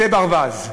זה ברווז.